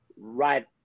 right